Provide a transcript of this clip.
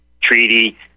treaty